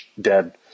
dead